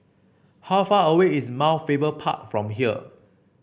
how far away is Mount Faber Park from here